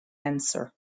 answer